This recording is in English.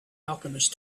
alchemist